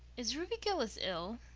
is ruby gillis ill?